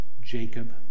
Jacob